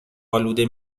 آلوده